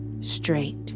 straight